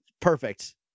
perfect